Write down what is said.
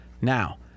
Now